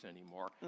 anymore